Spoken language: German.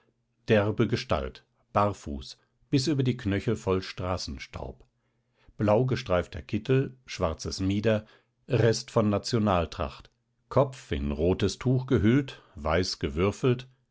derbe gestalt barfuß bis über die knöchel voll straßenstaub blaugestreifter kittel schwarzes mieder rest von nationaltracht kopf in rotes tuch gehüllt weiß gewürfelt